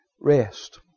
Rest